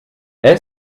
est